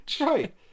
Right